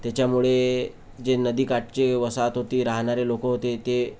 त्याच्यामुळे जे नदीकाठचे वसाहत होती राहणारे लोक होते ते